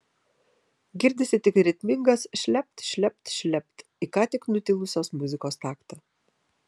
girdisi tik ritmingas šlept šlept šlept į ką tik nutilusios muzikos taktą